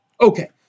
Okay